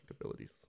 abilities